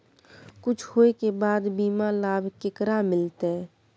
कुछ होय के बाद बीमा लाभ केकरा मिलते?